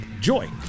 Joy